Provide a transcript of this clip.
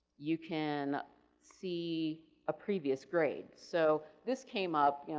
you can see ah previous grades. so, this came up,